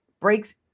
Breaks